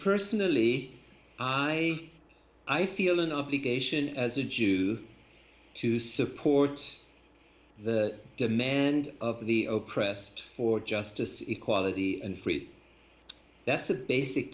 personally i i feel an obligation as a jew to support the demand of the oak pressed for justice equality and that's a basic